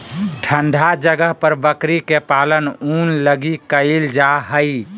ठन्डा जगह पर बकरी के पालन ऊन लगी कईल जा हइ